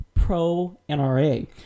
pro-NRA